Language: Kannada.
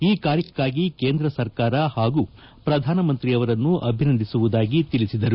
ಈ ಕಾರ್ಯಕ್ಕಾಗಿ ಕೇಂದ್ರ ಸರ್ಕಾರ ಹಾಗೂ ಪ್ರಧಾನಮಂತ್ರಿ ಅವರನ್ನು ಅಭಿನಂದಿಸುವುದಾಗಿ ತಿಳಿಸಿದರು